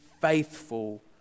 faithful